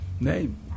Name